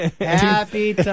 Happy